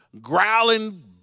growling